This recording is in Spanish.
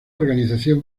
organización